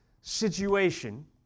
situation